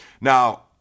Now